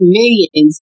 millions